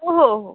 हो हो हो